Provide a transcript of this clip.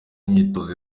imyitozo